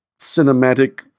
cinematic